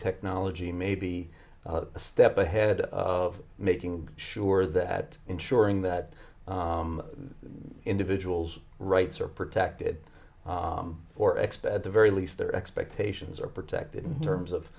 technology may be a step ahead of making sure that ensuring that individual's rights are protected for extra at the very least their expectations are protected in terms